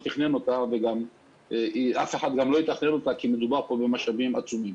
תכנן אותה ואף אחד גם לא יתכנן אותה כי מדובר במשאבים עצומים.